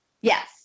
Yes